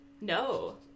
No